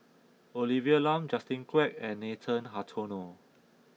Olivia Lum Justin Quek and Nathan Hartono